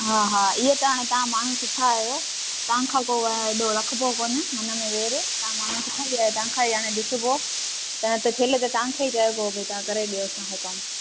हा हा इहो त हाणे तव्हां माण्हू सुठा आहियो तव्हांखां पोइ एॾो रखबो कोन मन में वैर तां माण्हू सुठा ई आहियो तव्हांखे ई हाणे ॾिसबो त त पैले त तव्हांखे ई चए बो भई तव्हां कराए ॾियो असांखे कमु